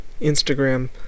Instagram